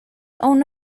own